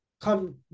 come